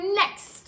next